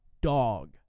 dog